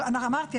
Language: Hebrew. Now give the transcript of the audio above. אמרתי,